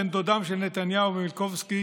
בן דודם של נתניהו ומיליקובסקי,